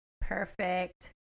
Perfect